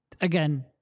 Again